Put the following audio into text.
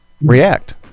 react